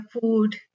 food